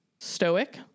stoic